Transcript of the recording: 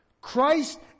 Christ